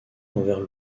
envers